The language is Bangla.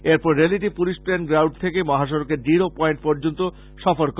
এরপর র্যালিটি পুলিশ প্যারেড গ্রাউন্ড থেকে মহাসড়কের জিরো পয়েন্ট পর্য্যন্ত সফর করে